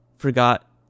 forgot